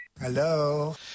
Hello